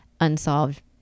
unsolved